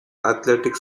athletic